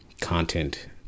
content